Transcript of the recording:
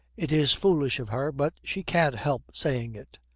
it is foolish of her, but she can't help saying it.